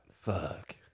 Fuck